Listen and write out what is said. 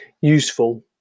useful